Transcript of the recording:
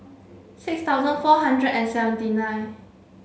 six thousand four hundred and seventy nine